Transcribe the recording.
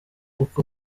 uko